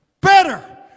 better